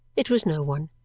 it was no one,